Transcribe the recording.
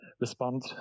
respond